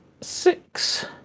six